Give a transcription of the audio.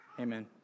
Amen